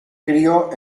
crio